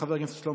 חבר הכנסת שלמה